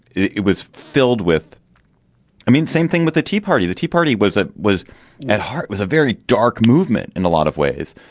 it it was filled with i mean same thing with the tea party the tea party was it was at heart was a very dark movement in a lot of ways.